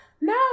No